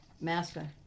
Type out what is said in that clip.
master